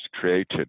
created